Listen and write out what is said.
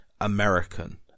American